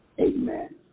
Amen